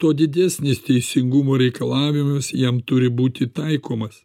tuo didesnis teisingumo reikalavimas jam turi būti taikomas